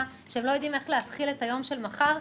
שהם לא יודעים איך להתחיל את היום של המחר.